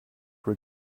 were